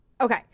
Okay